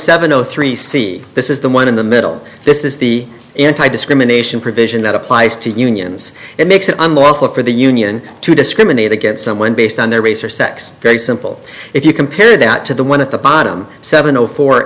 seven o three c this is the one in the middle this is the anti discrimination provision that applies to unions it makes it unlawful for the union to discriminate against someone based on their race or sex very simple if you compare that to the one at the bottom seven zero for